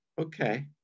okay